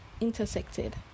intersected